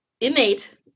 Innate